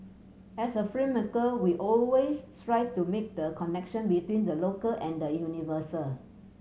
as a filmmaker we always strive to make the connection between the local and the universal